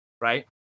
right